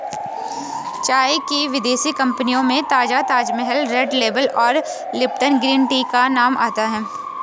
चाय की विदेशी कंपनियों में ताजा ताजमहल रेड लेबल और लिपटन ग्रीन टी का नाम आता है